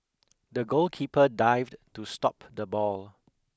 the goalkeeper dived to stop the ball